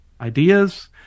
ideas